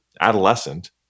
adolescent